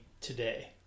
today